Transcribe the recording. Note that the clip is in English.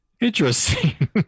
Interesting